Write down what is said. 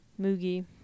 Moogie